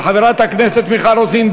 וחברת הכנסת מיכל רוזין,